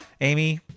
Amy